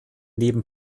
neben